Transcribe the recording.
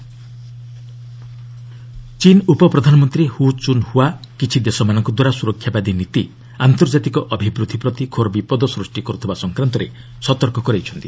ଚୀନା trade ଚୀନ୍ ଉପ ପ୍ରଧାନମନ୍ତ୍ରୀ ହୁ ଚୁନ୍ ହୁଆ କିଛି ଦେଶମାନଙ୍କଦ୍ୱାରା ସୁରକ୍ଷାବାଦୀ ନୀତି ଆନ୍ତର୍ଜାତିକ ଅଭିବୃଦ୍ଧି ପ୍ରତି ଘୋର ବିପଦ ସୃଷ୍ଟି କରୁଥିବା ସଂକ୍ରାନ୍ତରେ ସତର୍କ କରାଇଛନ୍ତି